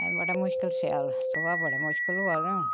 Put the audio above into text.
बड़ा मुश्कल स्याल सोहा बड़ा मुश्कल होआ दा हून